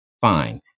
fine